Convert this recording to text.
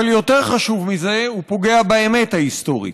אבל יותר חשוב מזה, הוא פוגע באמת ההיסטורית.